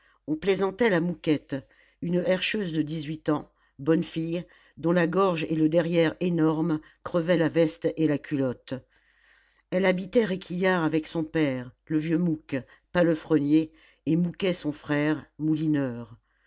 on plaisantait la mouquette une herscheuse de dix-huit ans bonne fille dont la gorge et le derrière énormes crevaient la veste et la culotte elle habitait réquillart avec son père le vieux mouque palefrenier et mouquet son frère moulineur